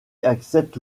accepte